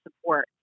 support